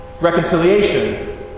Reconciliation